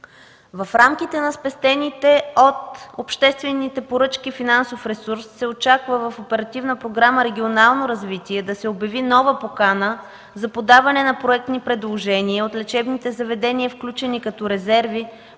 В рамките на спестения от общественитe поръчки финансов ресурс се очаква в Оперативна програма „Регионално развитие” да се обяви нова покана за подаване на проектни предложения от лечебните заведения, включени като резерви